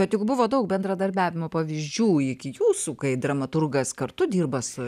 bet juk buvo daug bendradarbiavimo pavyzdžių iki jūsų kai dramaturgas kartu dirba su